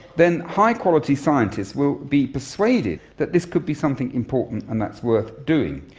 then high quality scientists will be persuaded that this could be something important and that's worth doing.